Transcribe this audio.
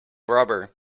rubber